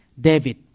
David